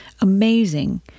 amazing